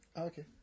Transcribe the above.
Okay